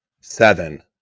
seven